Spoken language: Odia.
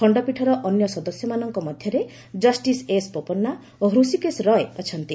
ଖଣ୍ଡପୀଠର ଅନ୍ୟ ସଦସ୍ୟମାନଙ୍କ ମଧ୍ୟରେ ଜଷ୍ଟିସ୍ ଏସ୍ ବୋପନ୍ନା ଓ ହୃଷୀକେଶ ରୟ ଅଛନ୍ତି